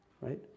right